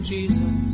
Jesus